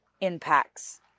impacts